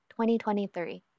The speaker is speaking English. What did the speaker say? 2023